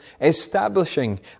establishing